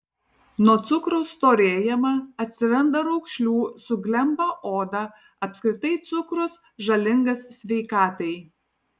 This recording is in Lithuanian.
nuo cukraus storėjama atsiranda raukšlių suglemba oda apskritai cukrus žalingas sveikatai